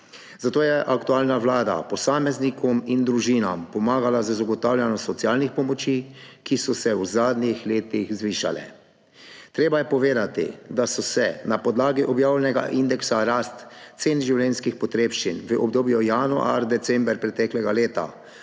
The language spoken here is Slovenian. zato je aktualna vlada posameznikom in družinam pomagala z zagotavljanjem socialnih pomoči, ki so se v zadnjih letih zvišale. Treba je povedati, da so se na podlagi objavljenega indeksa rasti cen življenjskih potrebščin v obdobju januar–december preteklega leta